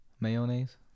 Mayonnaise